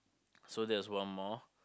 so that's one more